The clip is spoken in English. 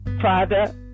Father